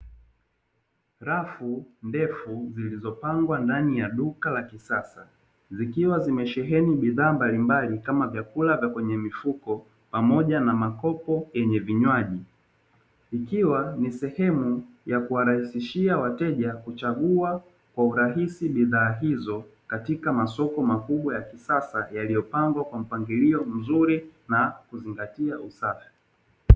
Rafu ndefu zilizopangwa ndani ya duka la kisasa, zikiwa zimesheheni bidhaa mbalimbali kama vyakula vya kwenye mifuko pamoja na makopo yenye vinywaji, ikiwa ni sehemu ya kuwarahisishia wateja kuchagua kwa urahisi bidhaa hizo katika masoko makubwa ya kisasa yaliyopangwa kwa mpangilio mzuri na kuzingatia usafi.